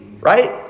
right